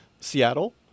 seattle